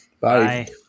Bye